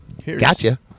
Gotcha